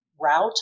route